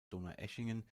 donaueschingen